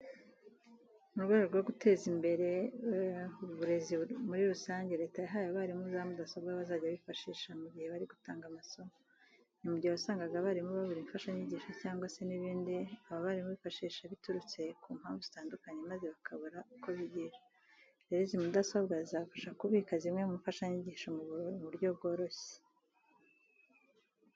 Mu rwego rwo guteza imbere ubuzi muri rusange, Leta yahaye abarimu za mudasobwa bazajya bifashisha mu gihe bari gutanga amasomo. Ni mu gihe wasangaga abarimu babura imfashanyigisho cyangwa se n'ibindi aba barimu bifashisha biturutse ku mpamvu zitandukanye maze bakabura uko bigisha. Rero izi mudasobwa zizabafasha kubika zimwe mu mfashanyigisho mu buro byoroshye.